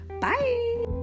bye